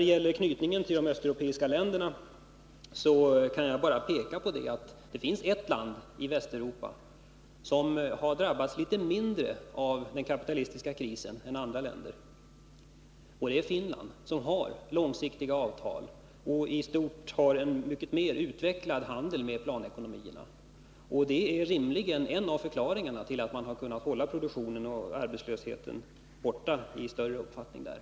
Beträffande knytningen till de östeuropeiska länderna kan jag bara peka på att det finns ett land i Västeuropa som har drabbats litet mindre av den kapitalistiska krisen än andra länder, nämligen Finland som har långsiktiga avtal och en mer utvecklad handel med länder med planekonomi. Det är rimligen en av förklaringarna till att man i stor utsträckning har kunnat hålla inflationen och arbetslösheten borta.